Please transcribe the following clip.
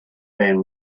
van